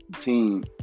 team